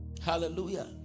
hallelujah